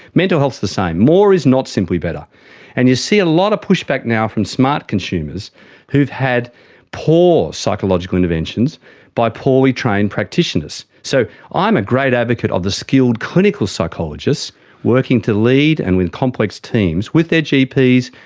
mental health is the same. more is not simply but and you see a lot of push-back now from smart consumers who have had poor psychological interventions by poorly trained practitioners. so i'm a great advocate of the skilled clinical psychologist working to lead and in complex teams with their gps,